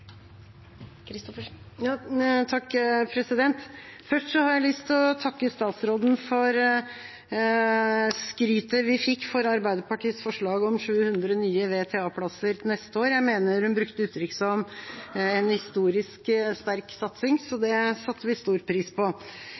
Christoffersen har hatt ordet to ganger tidligere og får ordet til en kort merknad, begrenset til 1 minutt. Først har jeg lyst til å takke statsråden for skrytet vi fikk for Arbeiderpartiets forslag om 700 nye VTA-plasser neste år. Jeg mener hun brukte uttrykk som «en historisk sterk satsing». Det satte vi stor